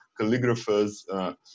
calligraphers